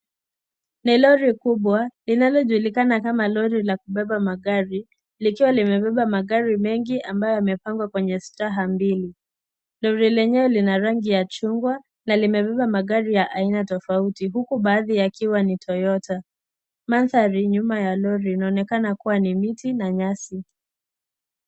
Ni lori kubwa linalojulikana kama lori la kubeba magari likiwa limebeba magari mengi ambayo yamepangwa kwenye staha mbili. Lori lenyewe lina rangi ya chungwa na limebeba magari ya aina tofauti huku baadhi yakiwa ni Toyota. Mandhari nyuma ya lori inaonekana kuwa ni miti na nyasi.